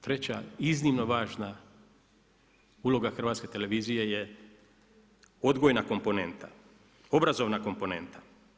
Treća iznimno važna uloga Hrvatske televizije je odgojna komponenta, obrazovna komponenta.